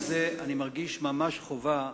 עם זה, אני מרגיש ממש חובה לומר,